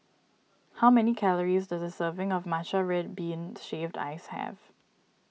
how many calories does a serving of Matcha Red Bean Shaved Ice have